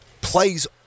plays